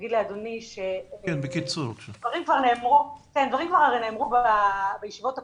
ולהגיד לאדוני, הדברים כבר נאמרו בישיבות הקודמות,